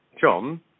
John